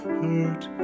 hurt